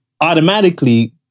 automatically